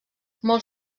molts